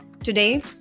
Today